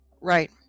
Right